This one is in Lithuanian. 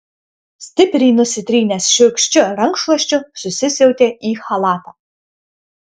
stipriai nusitrynęs šiurkščiu rankšluosčiu susisiautė į chalatą